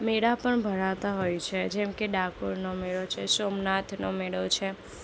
મેળા પણ ભરાતા હોય છે જેમ કે ડાકોરનો મેળો છે સોમનાથનો મેળો છે